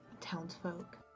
townsfolk